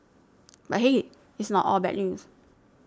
but hey it's not all bad news